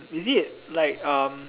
is it like um